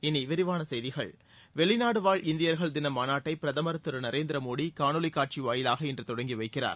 இனிவிரிவானசெய்திகள் வெளிநாடுவாழ் இந்தியர்கள் தினமாநாட்டைபிரதமர் திருநரேந்திரமோடிகாணொளிகாட்சிவாயிலாக இன்றுதொடங்கிவைக்கிறார்